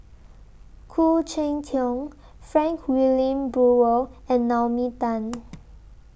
Khoo Cheng Tiong Frank Wilmin Brewer and Naomi Tan